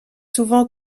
souvent